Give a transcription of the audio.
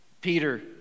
Peter